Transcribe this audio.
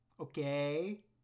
okay